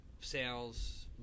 sales